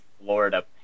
Florida